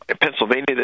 Pennsylvania